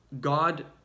God